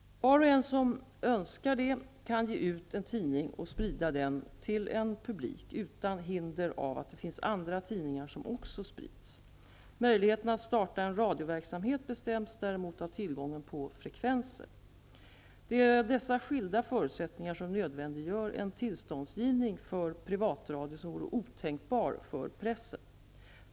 Var och en som så önskar kan ge ut en tidning och sprida den till en publik utan hinder av att det finns andra tidningar som också sprids. Möjligheterna att starta en radioverksamhet bestäms däremot av tillgången på frekvenser. Det är dessa skilda förutsättningar som nödvändiggör en tillståndsgivning för privatradio som vore otänkbar för pressen.